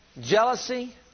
jealousy